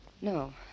No